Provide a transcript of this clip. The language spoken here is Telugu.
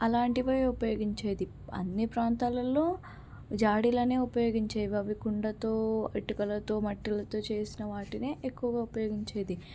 అలాంటివే ఉపయోగించేది అన్ని ప్రాంతాలలో జాడీలనే ఉపయోగించేవి అవి కుండతో ఇటుకలతో మట్టిలతో చేసిన వాటినే ఎక్కువగా ఉపయోగించేది